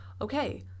okay